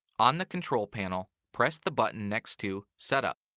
on the control panel, press the button next to setup.